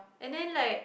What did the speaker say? and then like